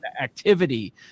activity